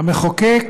המחוקק